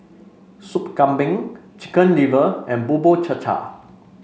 Sup Kambing Chicken Liver and Bubur Cha Cha